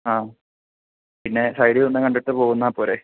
ആ പിന്നെ സൈഡിൽ നിന്ന് കണ്ടിട്ട് പോകുന്നേൽ പോര്